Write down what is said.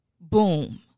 Boom